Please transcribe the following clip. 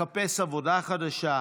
לחפש עבודה חדשה,